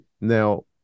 Now